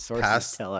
past